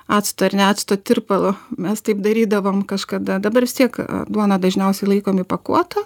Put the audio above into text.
actu ar ne acto tirpalu mes taip darydavom kažkada dabar vis tiek duoną dažniausiai laikom įpakuotą